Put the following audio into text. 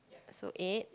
so eight